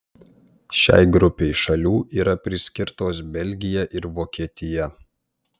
šiai grupei šalių yra priskirtos belgija ir vokietija